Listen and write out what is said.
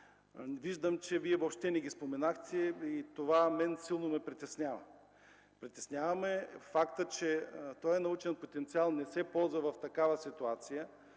Виждам, че Вие въобще не ги споменахте и това силно ме притеснява. Притеснява ме фактът, че този научен потенциал не се ползва в такава ситуация.